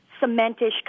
cementish